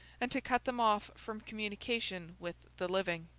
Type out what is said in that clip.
and to cut them off from communication with the living.